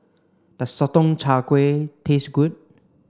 does Sotong Char Kway taste good